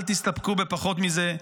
אל תסתפקו בפחות מזה.